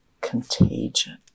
contagion